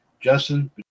Justin